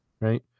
right